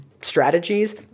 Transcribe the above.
strategies